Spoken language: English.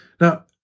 Now